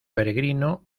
peregrino